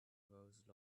rose